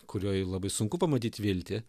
kurioj labai sunku pamatyt viltį